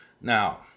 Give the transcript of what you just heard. Now